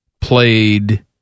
played